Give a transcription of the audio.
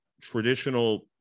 traditional